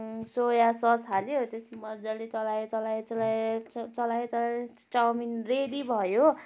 soya sauce हाल्यो त्यसपछि मजाले चलायो चलायो चलायो चलायो चलायो चाउमिन रेडी भयो हो